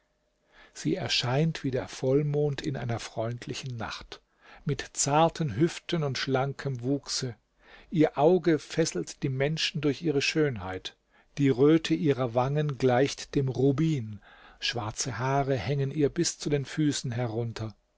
sie erscheint wie der vollmond in einer freundlichen nacht mit zarten hüften und schlankem wuchse ihr auge fesselt die menschen durch ihre schönheit die röte ihrer wangen gleicht dem rubin schwarze haare hängen ihr bis zu den füßen herunter